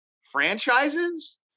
franchises